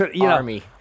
army